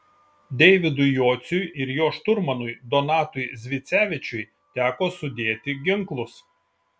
deividui jociui ir jo šturmanui donatui zvicevičiui teko sudėti ginklus